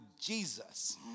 Jesus